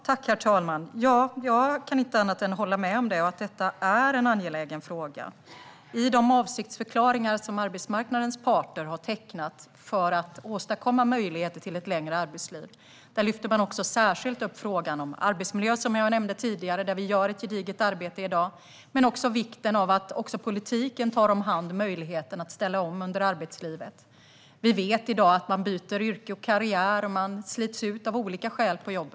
Herr talman! Jag kan inte annat än att hålla med. Detta är en angelägen fråga. I de avsiktsförklaringar som arbetsmarknadens parter har tecknat för att åstadkomma möjligheter till ett längre arbetsliv lyfter man särskilt upp frågan om arbetsmiljö, som jag nämnde tidigare. Där gör vi ett gediget arbete i dag. Det handlar också om vikten av att politiken tar hand om möjligheten att ställa om under arbetslivet. Vi vet i dag att man byter yrke och karriär och att man slits ut av olika skäl på jobbet.